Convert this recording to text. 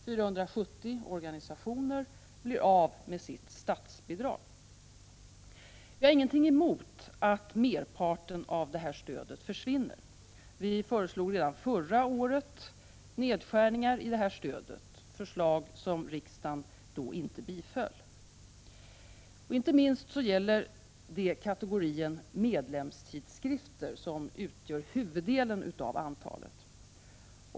470 organisationer blir av med sitt statsbidrag. Vi har inget emot att merparten av detta stöd försvinner. Vi föreslog redan förra året nedskärningar i detta stöd, förslag som riksdagen då inte biföll. Inte minst gäller det kategorin medlemstidskrifter, som utgör huvuddelen av antalet.